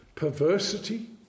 perversity